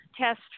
test